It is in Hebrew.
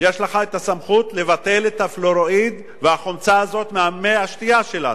יש לך סמכות לבטל את הפלואוריד והחומצה הזאת במי השתייה שלנו.